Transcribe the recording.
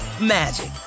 magic